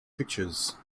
pictures